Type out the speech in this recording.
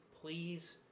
Please